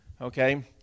okay